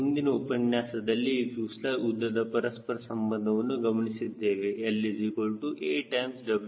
ಹಾಗೂ ಹಿಂದಿನ ಉಪನ್ಯಾಸದಲ್ಲಿ ಫ್ಯೂಸೆಲಾಜ್ ಉದ್ದದ ಪರಸ್ಪರ ಸಂಬಂಧವನ್ನು ಗಮನಿಸಿದ್ದೇವೆ